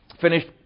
finished